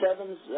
sevens